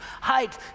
height